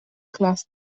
class